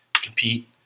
compete